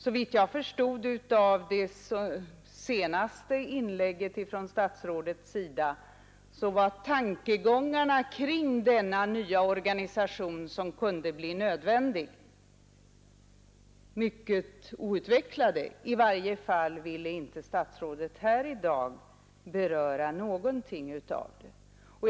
Såvitt jag förstod av statsrådets senaste inlägg var tankegångarna kring denna nya organisation som kunde bli nödvändig mycket outvecklade; i varje fall ville inte statsrådet i dag beröra någonting av dem.